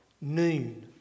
noon